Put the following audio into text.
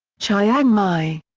chiang mai.